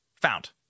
found